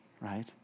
right